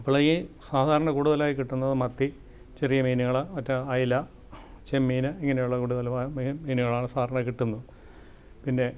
അപ്പോൾ ഈ സാധാരണ കൂടുതലായി കിട്ടുന്നത് മത്തി ചെറിയ മീനുകൾ മറ്റ് അയല ചെമ്മീൻ ഇങ്ങനെയുള്ള കൂടുതൽ മീനുകളാണ് സാധാരണ കിട്ടുന്നത് പിന്നെ